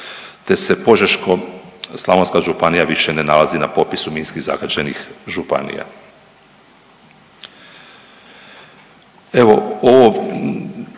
te se Požeško-slavonska županija više ne nalazi na popisu minski zagađenih županija.